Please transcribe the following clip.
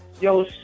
yo